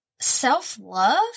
self-love